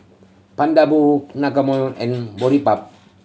and Boribap